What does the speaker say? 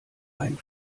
ein